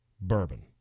bourbon